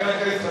חבר הכנסת,